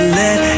let